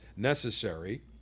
necessary